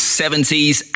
70s